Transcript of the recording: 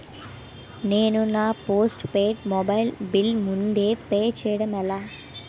నేను నా postpaid mobile bill ముందే పే చేయడం ఎలా?